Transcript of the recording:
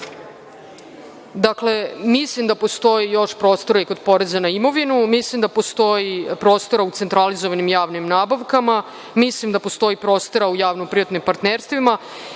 mislim da postoji još prostora i kod poreza na imovinu. Mislim da postoji i prostora u centralizovanim javnim nabavkama. Mislim da postoji prostora u javno privatnim partnerstvima